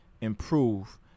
improve